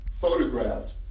photographed